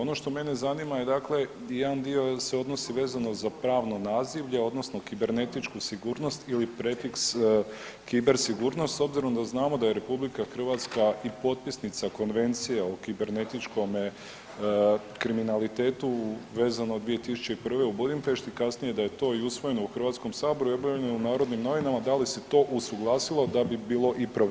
Ono što mene zanima je dakle, jedan dio se odnosi vezano za pravno nazivlje odnosno kibernetičku sigurnost ili prefiks kiber sigurnost s obzirom da znamo da je RH i potpisnica Konvencije o kibernetičkome kriminalitetu vezano 2001. u Budimpešti, kasnije da je to i usvojeno u HS i objavljeno u Narodnim novinama, da li se to usuglasilo da bi bilo i provedivo?